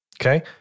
Okay